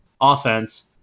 offense